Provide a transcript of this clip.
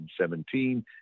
2017